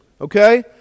okay